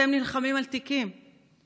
אתם נלחמים על תיקים,